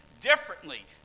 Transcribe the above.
differently